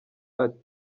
ati